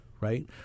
Right